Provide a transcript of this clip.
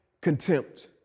contempt